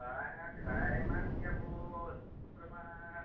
ᱵᱟᱝᱟ ᱥᱮᱫᱟᱭᱢᱟ ᱜᱚᱢᱠᱮ ᱟᱵᱚ ᱟᱛᱳ ᱫᱤᱥᱚᱢ ᱠᱚᱨᱮᱢᱟ